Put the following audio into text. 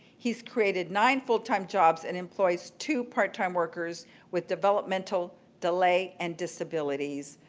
he's created nine full-time jobs and employs two part-time worker with developmental delay and disabilities.